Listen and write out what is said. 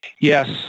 Yes